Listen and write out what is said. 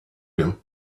him